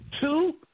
Two